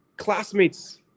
classmates